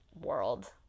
world